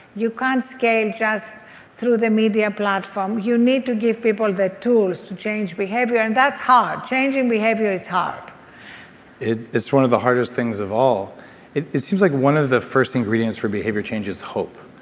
you can't scale just through the media platform. you need to give people the tools to change behavior and that's hard changing behavior is hard it is one of the hardest things of all it seems like one of the first ingredients for behavior change is hope.